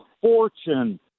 fortune